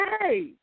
Hey